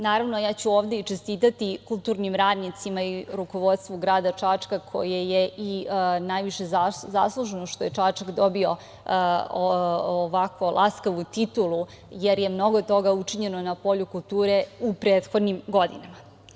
Naravno, ja ću ovde i čestitati kulturnim radnicima i rukovodstvu grada Čačka koje je i najviše zaslužno što je Čačak dobio ovako laskavu titulu, jer je mnogo toga učinjeno na polju kulture u prethodnim godinama.